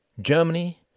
Germany